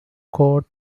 court